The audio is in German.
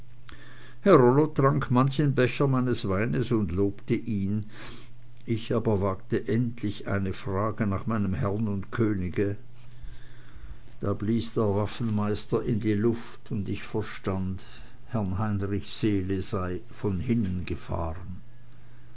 trank manchen becher meines weines und lobte ihn ich aber wagte endlich eine frage nach meinem herrn und könige da blies der waffenmeister in die luft und ich verstand herrn heinrichs seele sei von hinnen gefahren